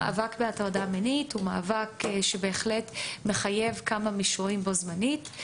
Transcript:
המאבק בהטרדה מינית הוא מאבק שבהחלט מחייב כמה מישורים בו-זמנית.